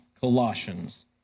Colossians